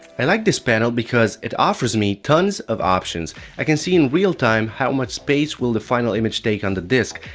i like this panel because it offers me tons of options, i can see in real time how much space will the final image take on the disk.